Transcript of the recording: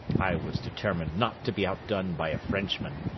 i was determined not to be outdone by a frenchman,